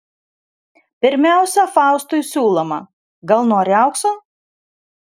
pirmiausia faustui siūloma gal nori aukso